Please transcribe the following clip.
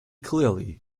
clearly